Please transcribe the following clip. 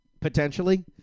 potentially